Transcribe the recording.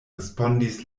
respondis